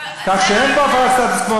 חבר הכנסת אייכלר,